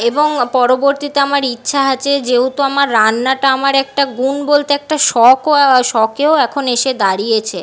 এবং পরবর্তীতে আমার ইচ্ছা আছে যেহেতু আমার রান্নাটা আমার একটা গুণ বলতে একটা শখও শখেও এখন এসে দাঁড়িয়েছে